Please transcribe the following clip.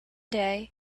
day